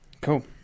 Cool